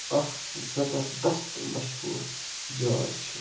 اَکھ زَبردست مشہوٗر جاے چھِ